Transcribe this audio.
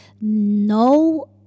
no